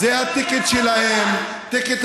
גם אני פה.